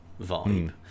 vibe